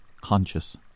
conscious